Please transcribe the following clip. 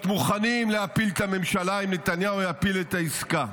להיות מוכנים להפיל את הממשלה אם נתניהו יפיל את העסקה.